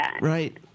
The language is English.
right